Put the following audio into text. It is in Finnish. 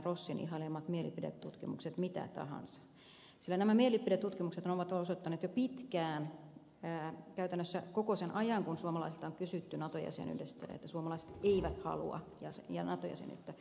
rossin ihailemat mielipidetutkimukset mitä tahansa sillä nämä mielipidetutkimukset ovat osoittaneet jo pitkään käytännössä koko sen ajan kun suomalaisilta on kysytty nato jäsenyydestä että suomalaiset eivät halua nato jäsenyyttä